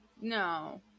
No